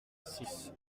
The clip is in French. six